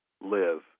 live